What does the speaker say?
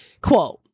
quote